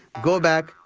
go back,